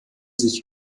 sich